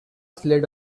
slid